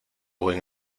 buen